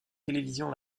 télévision